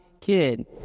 kid